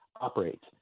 operates